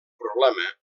problema